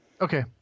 Okay